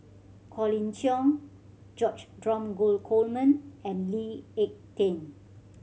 Colin Cheong George Dromgold Coleman and Lee Ek Tieng